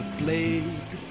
blade